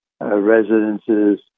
residences